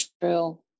true